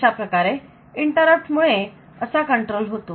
अशाप्रकारे इंटरप्ट मुळे असा कंट्रोल होतो